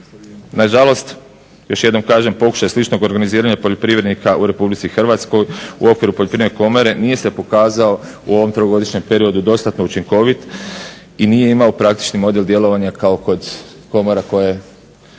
Na žalost, još jednom kažem pokušaj sličnog organiziranja poljoprivrednika u Republici Hrvatskoj u okviru Poljoprivredne komore nije se pokazao u ovom trogodišnjem periodu dostatno učinkovit i nije imao praktični model djelovanja kao kod komora koje